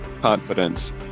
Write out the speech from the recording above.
confidence